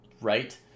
right